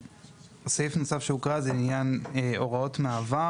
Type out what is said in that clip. סעיף נוסף שהוקרא זה עניין הוראות מעבר,